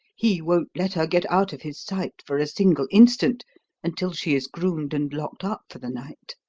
he won't let her get out of his sight for a single instant until she is groomed and locked up for the night.